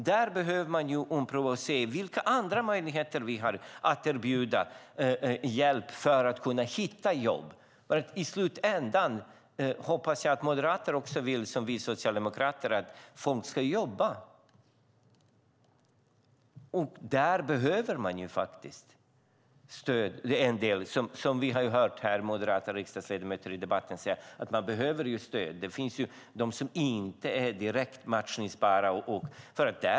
Vi behöver ompröva detta och se vilka andra möjligheter vi har att erbjuda arbetssökande hjälp. I slutändan hoppas jag att också Moderaterna, som vi socialdemokrater, vill att folk ska jobba. En del behöver stöd, har vi hört moderata riksdagsledamöter säga i debatterna. Vissa är inte direkt matchningsbara.